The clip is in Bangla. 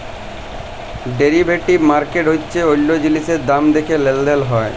ডেরিভেটিভ মার্কেট হচ্যে অল্য জিলিসের দাম দ্যাখে লেলদেল হয়